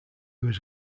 was